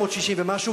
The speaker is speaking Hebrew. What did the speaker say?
ב-1960 ומשהו,